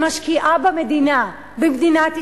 שמשקיעה במדינה, במדינת ישראל,